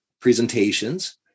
presentations